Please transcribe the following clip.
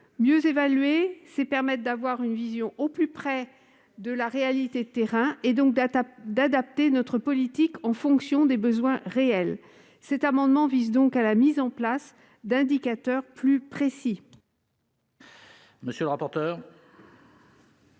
Mieux évaluer, c'est permettre une vision au plus près de la réalité de terrain, et donc adapter notre politique en fonction des besoins réels. Cet amendement vise donc à la mise en place d'indicateurs plus précis. Quel est l'avis de